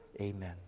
Amen